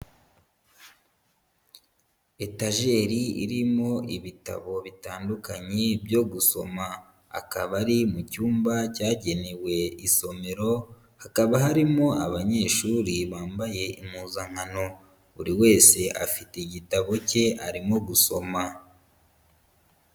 Etajeri irimo ibitabo bitandukanye byo gusoma, akaba ari mu cyumba cyagenewe isomero hakaba harimo abanyeshuri bambaye impuzankano, buri wese afite igitabo cye arimo gusoma.